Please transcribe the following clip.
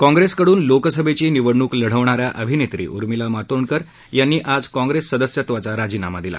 काँग्रेसकडून लोकसभेची निवडणूक लढवणाऱ्या अभिनेत्री उर्मिला मातोंडकर यांनी आज काँग्रेस सदस्यत्वाचा राजीनामा दिला